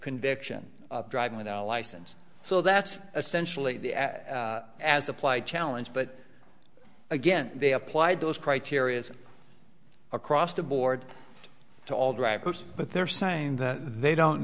conviction of driving without a license so that's essentially the ad as applied challenge but again they applied those criteria as across the board to all drivers but they're saying that they don't